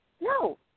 no